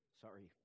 Sorry